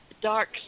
dark